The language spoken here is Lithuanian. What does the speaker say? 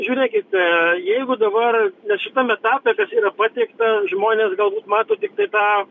žiūrėkit jeigu dabar šitam etape kas yra pateikta žmonės galbūt mato tiktai tą